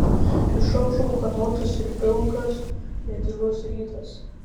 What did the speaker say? išaušo ūkanotas ir pilkas bet tylus rytas